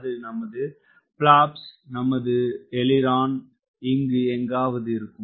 இது நமது பிளாப்ஸ் நமது எயிலரான் இங்கு எங்காவது இருக்கும்